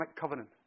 Covenant